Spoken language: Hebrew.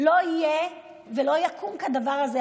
לא יקום ולא יהיה כדבר הזה.